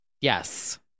yes